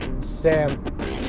Sam